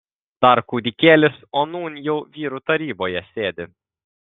dar kūdikėlis o nūn jau vyrų taryboje sėdi